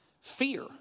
fear